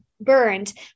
burned